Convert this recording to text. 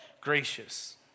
gracious